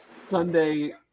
Sunday